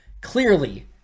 clearly